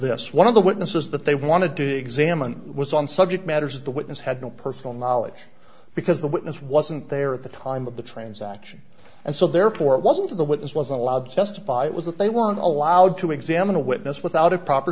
this one of the witnesses that they wanted to examine was on subject matters the witness had no personal knowledge because the witness wasn't there at the time of the transaction and so therefore it wasn't a the witness was not allowed to testify it was that they weren't allowed to examine a witness without a proper